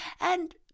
and